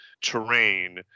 terrain